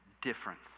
difference